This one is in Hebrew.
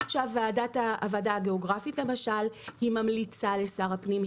שהוועדה הגיאוגרפית למשל היא ממליצה לשר הפנים.